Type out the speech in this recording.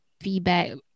feedback